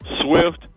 Swift